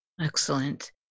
Excellent